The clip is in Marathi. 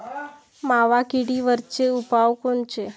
मावा किडीवरचे उपाव कोनचे?